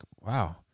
wow